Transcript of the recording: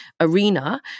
arena